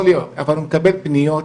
יכול להיות, אבל הוא מקבל פניות.